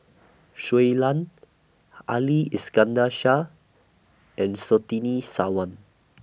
Shui Lan Ali Iskandar Shah and Surtini Sarwan